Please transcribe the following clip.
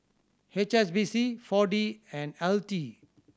H S B C Four D and L T